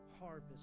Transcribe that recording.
harvest